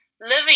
living